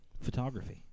photography